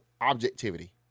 objectivity